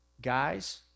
Guys